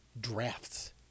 drafts